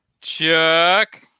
Chuck